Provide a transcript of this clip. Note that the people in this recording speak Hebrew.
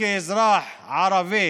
כאזרח ערבי